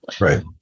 Right